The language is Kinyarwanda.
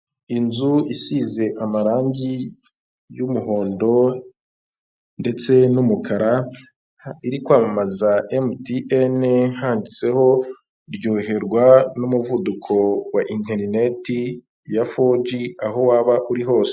Inzu isize amarangi y'umuhondo ndetse n'umukara iri kwamamaza emutiyene handitseho ryoherwa n'umuvuduko wa interineti ya foji aho waba uri hose.